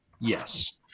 Yes